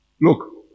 Look